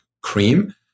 cream